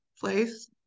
place